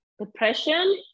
depression